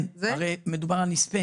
כן, כי הרי מדובר על נספה.